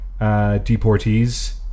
deportees